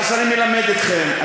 אז הנה, אני מלמד אתכם.